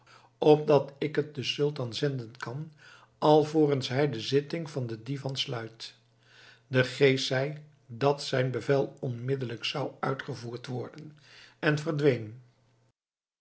opdat ik het den sultan zenden kan alvorens hij de zitting van den divan sluit de geest zei dat zijn bevel onmiddellijk zou uitgevoerd worden en verdween